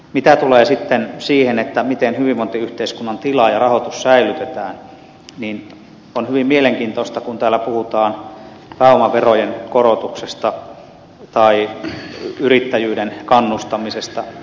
mitä tulee sitten siihen miten hyvinvointiyhteiskunnan tila ja rahoitus säilytetään on hyvin mielenkiintoista kun täällä puhutaan pääomaverojen korotuksesta tai yrittäjyyden kannustamisesta